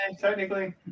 Technically